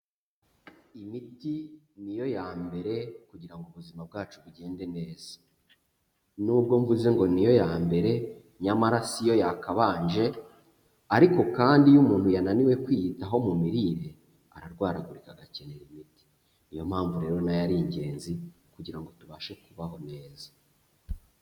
Imiti niyo ya mbere kugira ubuzima bwacu bugende neza, nubwo mvuze ngo niyo ya mbere nyamara siyo yakabanje, ariko kandi iyo umuntu yananiwe kwiyitaho mu mirire ararwaragurika agakenera imiti, niyo mpamvu rero na yo ari ingenzi kugira ngo tubashe kubaho neza.